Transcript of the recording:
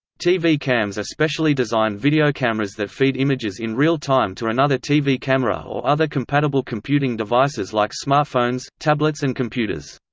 tv cams are specially designed video cameras that feed images in real time to another tv camera or other compatible computing devices like smartphones, tablets and computers.